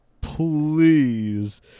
please